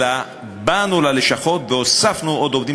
אלא באנו ללשכות והוספנו עוד עובדים